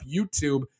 YouTube